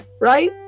right